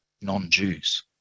non-jews